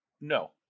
No